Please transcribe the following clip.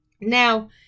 Now